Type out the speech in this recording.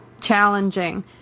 challenging